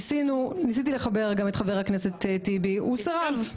ניסיתי לחבר גם את חבר הכנסת טיבי, והוא סירב.